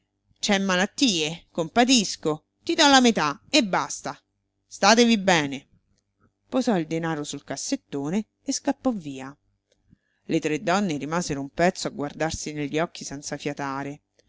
c'è malattie compatisco ti do la metà e basta statevi bene posò il denaro sul cassettone e scappò via le tre donne rimasero un pezzo a guardarsi negli occhi senza fiatare